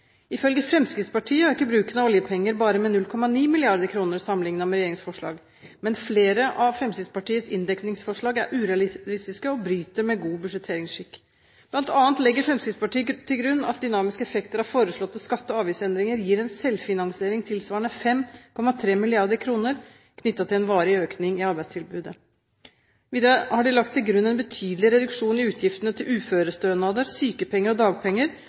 Ifølge Fremskrittspartiet øker bruken av oljepenger bare med 0,9 mrd. kr sammenlignet med regjeringens forslag, men flere av Fremskrittspartiets inndekningsforslag er urealistiske og bryter med god budsjetteringsskikk. Blant annet legger Fremskrittspartiet til grunn at dynamiske effekter av foreslåtte skatte- og avgiftsendringer gir en selvfinansiering tilsvarende 5,3 mrd. kr, knyttet til en varig økning i arbeidstilbudet. Videre har de lagt til grunn en betydelig reduksjon i utgiftene til uførestønader, sykepenger og dagpenger,